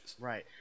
Right